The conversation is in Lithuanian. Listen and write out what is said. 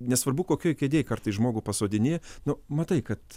nesvarbu kokioj kėdėj kartais žmogų pasodini nu matai kad